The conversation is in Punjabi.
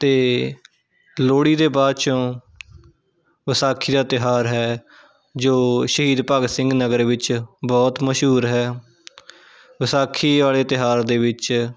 ਅਤੇ ਲੋਹੜੀ ਦੇ ਬਾਅਦ 'ਚੋਂ ਵਿਸਾਖੀ ਦਾ ਤਿਉਹਾਰ ਹੈ ਜੋ ਸ਼ਹੀਦ ਭਗਤ ਸਿੰਘ ਨਗਰ ਵਿੱਚ ਬਹੁਤ ਮਸ਼ਹੂਰ ਹੈ ਵਿਸਾਖੀ ਵਾਲੇ ਤਿਉਹਾਰ ਦੇ ਵਿੱਚ